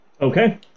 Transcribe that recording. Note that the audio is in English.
okay